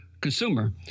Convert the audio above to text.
consumer